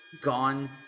gone